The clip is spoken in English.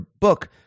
book